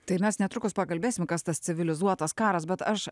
tai mes netrukus pakalbėsim kas tas civilizuotas karas bet aš